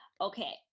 Okay